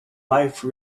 life